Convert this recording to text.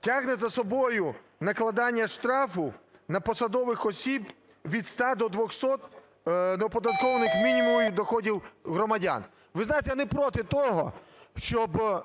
"тягне за собою накладання штрафу на посадових осіб від 100 до 200 неоподатковуваних мінімумів доходів громадян". Ви знаєте, я не проти того, щоб